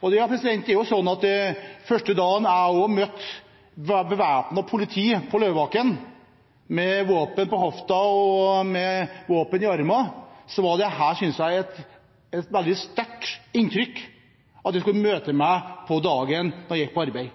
Ja, det er jo også slik at den første dagen jeg møtte bevæpnet politi på Løvebakken, med våpen på hofta og med våpen i armene, så syntes jeg dette var et veldig sterkt inntrykk, at dette skulle møte meg på dagen når jeg gikk på arbeid.